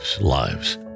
lives